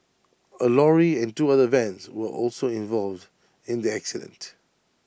A lorry and two other vans were also involved in the accident